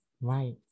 right